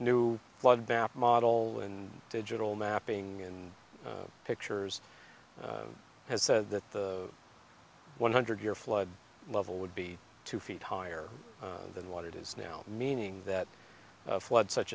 bappa model and digital mapping and pictures has said that the one hundred year flood level would be two feet higher than what it is now meaning that flood such